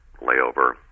layover